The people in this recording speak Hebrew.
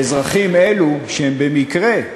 ואזרחים אלו, שהם במקרה,